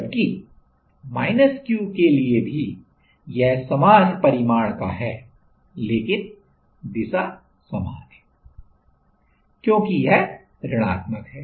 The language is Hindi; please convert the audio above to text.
जबकि Q के लिए भी यह समान परिमाण का है लेकिन दिशा समान है क्योंकि यह ऋणात्मक है